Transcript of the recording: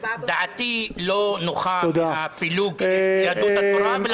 דעתי לא נוחה מהפילוג שיש ביהדות התורה,